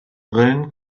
brillen